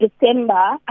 December